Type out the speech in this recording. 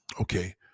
okay